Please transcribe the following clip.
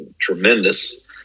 tremendous